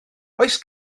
oes